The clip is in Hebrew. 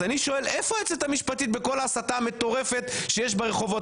אני שואל איפה היועצת המשפטית בכל ההסתה המטורפת שיש ברחובות.